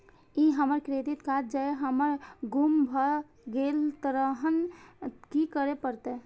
ई हमर credit card जौं हमर गुम भ गेल तहन की करे परतै?